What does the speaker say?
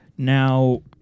Now